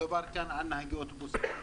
מדובר פה על נהגי אוטובוסים,